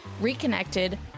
reconnected